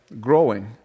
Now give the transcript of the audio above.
growing